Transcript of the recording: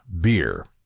beer